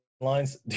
lines